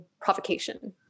provocation